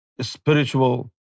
spiritual